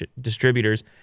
distributors